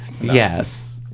yes